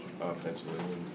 offensively